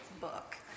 book